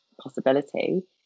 possibility